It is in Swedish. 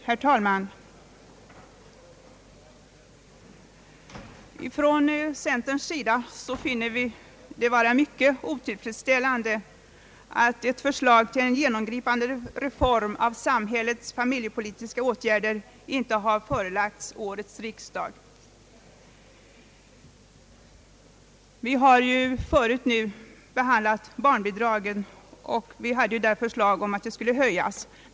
Herr talman! Inom centern finner vi det vara mycket otillfredsställande att förslag till en genomgripande reform av samhällets familjepolitiska åtgärder inte har förelagts årets riksdag. Vi har ju nyss behandlat frågan om barnbidragen, som vi från centern föreslagit skulle höjas.